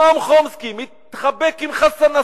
נועם חומסקי מתחבק עם חסן נסראללה,